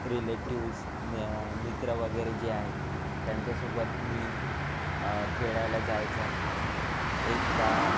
relatives ने मित्र वगैरे जे आहेत त्यांच्यासोबत मी खेळायला जायचा एकदा